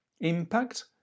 Impact